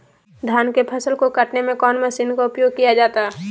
धान के फसल को कटने में कौन माशिन का उपयोग किया जाता है?